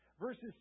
Verses